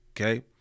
Okay